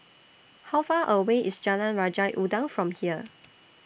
How Far away IS Jalan Raja Udang from here